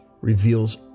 reveals